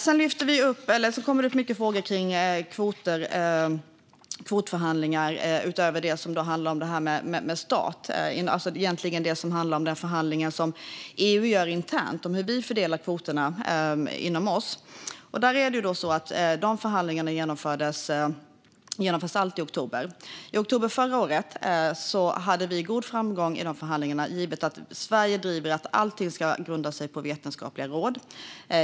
Sedan fick jag många frågor kring kvoter och kvotförhandlingar utöver den som handlar om stater, alltså den förhandling som EU gör internt om fördelningen av kvoterna mellan oss. Dessa förhandlingar genomförs alltid i oktober. I oktober förra året hade vi god framgång i förhandlingarna, givet att Sverige driver att allting ska grunda sig på vetenskapliga råd.